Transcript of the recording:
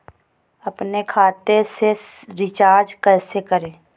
अपने खाते से रिचार्ज कैसे करें?